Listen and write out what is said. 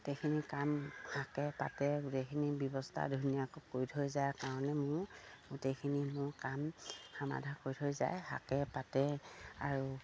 গোটেইখিনি কাম শাকে পাতে গোটেইখিনি ব্যৱস্থা ধুনীয়াকৈ কৰি থৈ যায় কাৰণে মোৰ গোটেইখিনি মোৰ কাম সমাধা কৰি থৈ যায় শাকে পাতে আৰু